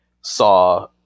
saw